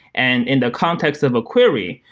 and in the context of a query,